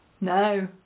No